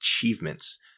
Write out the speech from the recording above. achievements